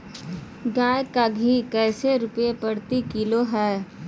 गाय का घी कैसे रुपए प्रति किलोग्राम है?